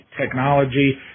technology